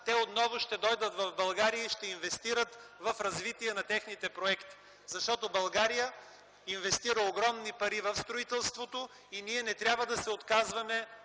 отново ще дойдат в България и ще инвестират в развитие на техните проекти. Защото България инвестира огромни пари в строителството и ние не трябва да се отказваме